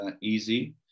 easy